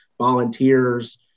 volunteers